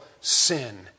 sin